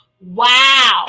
wow